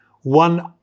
one